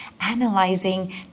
analyzing